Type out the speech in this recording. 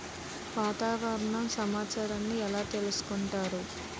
వాతావరణ సమాచారాన్ని ఎలా తెలుసుకుంటారు?